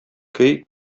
көй